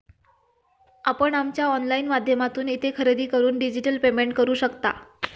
आपण आमच्या ऑनलाइन माध्यमातून येथे खरेदी करून डिजिटल पेमेंट करू शकता